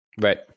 right